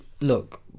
look